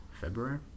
February